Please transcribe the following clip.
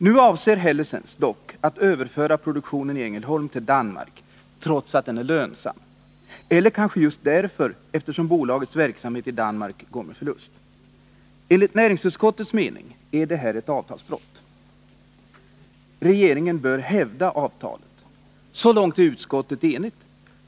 Nu avser Hellesens dock att överföra produktionen i Ängelholm till Danmark, trots att den är lönsam — eller kanske just därför, eftersom bolagets verksamhet i Danmark går med förlust. Enligt näringsutskottets mening är det här fråga om ett avtalsbrott. Regeringen bör hävda avtalet. Så långt är utskottet enigt.